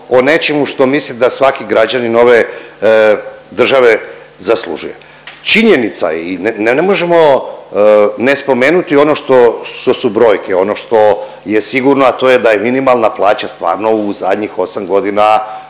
o nečemu što mislim da svaki građanin ove države zaslužuje. Činjenica je i ne možemo ne spomenuti ono što, što su brojke, ono što je sigurno, a to je da je minimalna plaća stvarno u zadnjih 8 godina